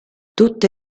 tutte